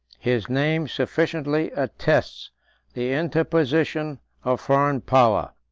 his name sufficiently attests the interposition of foreign power.